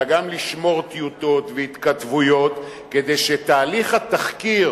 אלא גם לשמור טיוטות והתכתבויות כדי שתהליך התחקיר